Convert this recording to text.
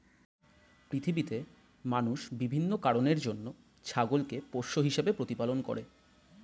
পৃথিবীতে মানুষ বিভিন্ন কারণের জন্য ছাগলকে পোষ্য হিসেবে প্রতিপালন করে